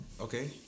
Okay